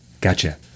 Gotcha